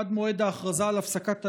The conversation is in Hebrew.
עד מועד ההכרזה על הפסקת האש,